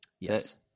Yes